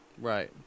right